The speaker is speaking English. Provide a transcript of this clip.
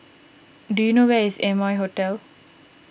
do you know where is Amoy Hotel